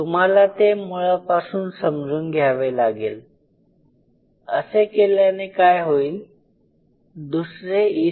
तुम्हाला ते मुळापासून समजून घ्यावे लागेल की असे केल्याने काय होईल दुसरे E